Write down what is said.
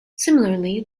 similarly